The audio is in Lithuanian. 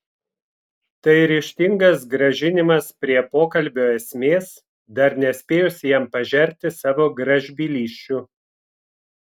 tai ryžtingas grąžinimas prie pokalbio esmės dar nespėjus jam pažerti savo gražbylysčių